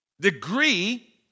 degree